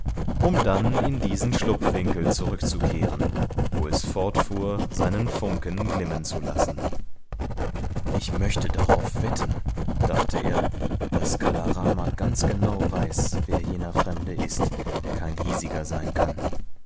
um dann in diesen schlupfwinkel zurückzukehren wo es fortfuhr seinen funken glimmen zu lassen ich möchte darauf wetten dachte er daß kala rama ganz genau weiß wer jener fremde ist der kein hiesiger sein kann